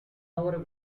our